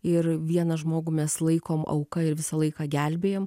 ir vieną žmogų mes laikom auka ir visą laiką gelbėjam